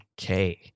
Okay